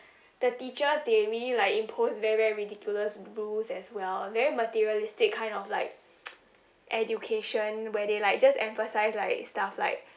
the teacher they really like impose very very ridiculous rules as well very materialistic kind of like education where they like just emphasise like stuff like